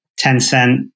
Tencent